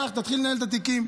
קח, תתחיל לנהל את התיקים.